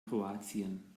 kroatien